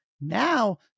Now